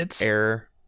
error